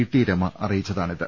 T Rama അറിയിച്ചതാണിത്